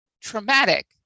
traumatic